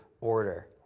Order